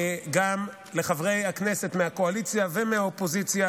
גם לחברי הכנסת מהקואליציה ומהאופוזיציה